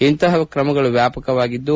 ಇಂತಹ ಕ್ರಮಗಳು ವಾಪಕವಾಗಿದ್ದು